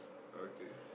okay